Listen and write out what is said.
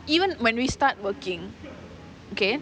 even when we start working okay